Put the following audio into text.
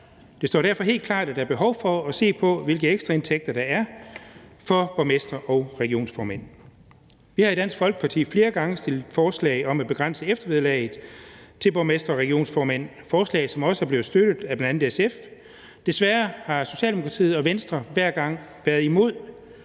Det står derfor helt klart, at der er behov for at se på, hvilke ekstra indtægter der er for borgmestre og regionsrådsformænd. Vi har i Dansk Folkeparti flere gange fremsat forslag om at begrænse eftervederlaget til borgmestre og regionsrådsformænd – forslag, som også er blevet støttet af bl.a. SF. Desværre har Socialdemokratiet og Venstre hver gang været imod.